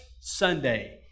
Sunday